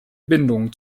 bindungen